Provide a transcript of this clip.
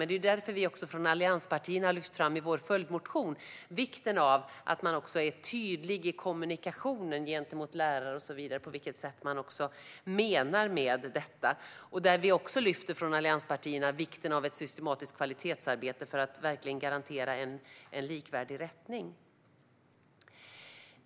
Det är därför som vi i allianspartierna i vår följdmotion lyft fram vikten av att man är tydlig i kommunikationen gentemot lärare och talar om vad man menar med detta. Vi från allianspartierna lyfter också fram vikten av ett systematiskt kvalitetsarbete för att verkligen garantera en likvärdig rättning.